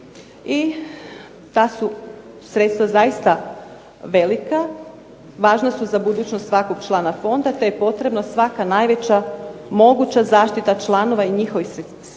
I ta su sredstva zaista velika. Važna su za budućnost svakog člana fonda, te je potrebno svaka najveća moguća zaštita članova i njihovih sredstava